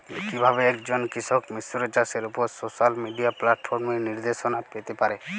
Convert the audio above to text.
কিভাবে একজন কৃষক মিশ্র চাষের উপর সোশ্যাল মিডিয়া প্ল্যাটফর্মে নির্দেশনা পেতে পারে?